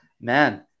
man